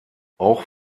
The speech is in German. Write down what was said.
auch